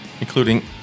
including